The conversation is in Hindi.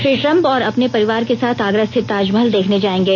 श्री ट्रंप और अपने परिवार के साथ आगरा स्थित ताजमहल देखने जायेंगे